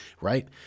right